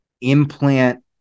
implant